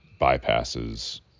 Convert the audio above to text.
bypasses